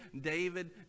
David